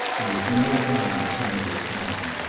there was no time to send to a town.